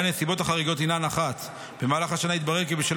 הנסיבות החריגות הינן: 1. במהלך השנה התברר כי בשל